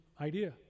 idea